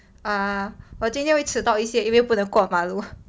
err 我今天会迟到一些因为不能过马路